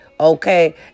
Okay